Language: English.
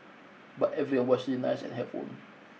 but every was really nice and helpful